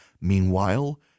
Meanwhile